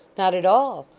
not at all.